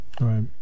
right